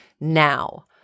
now